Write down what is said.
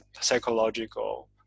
psychological